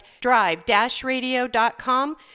drive-radio.com